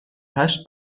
هشت